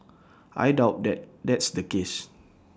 I doubt that that's the case